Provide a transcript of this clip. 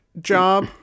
job